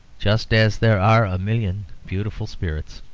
just as there are a million beautiful spirits.